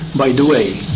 by the way,